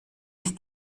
ist